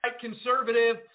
conservative